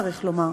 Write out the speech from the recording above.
צריך לומר.